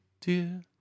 dear